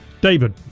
David